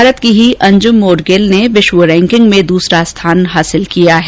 भारत की ही अंजुम मोडगिल ने विश्व रैंकिंग में दूसरा स्थान हासिल किया है